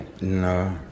No